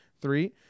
Three